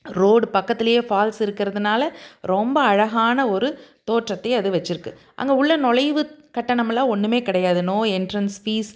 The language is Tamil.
ரோடு பக்கத்துலேயே ஃபால்ஸ் இருக்கிறதுனால ரொம்ப அழகான ஒரு தோற்றத்தை அது வெச்சுருக்கு அங்கே உள்ளே நுழைவு கட்டணம் எல்லாம் ஒன்றுமே கிடையாது நோ என்ட்ரன்ஸ் ஃபீஸ்